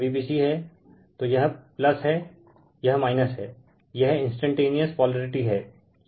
यह Vbc हैं तो यह हैं यह हैं यह इंस्टेंटेनिअस पोलरिटी हैं